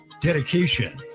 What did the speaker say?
dedication